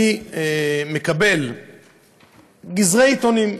אני מקבל גזרי עיתונים.